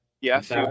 Yes